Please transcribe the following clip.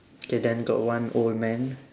K then got one old man